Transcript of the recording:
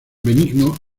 benigno